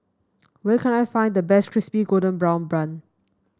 where can I find the best Crispy Golden Brown Bun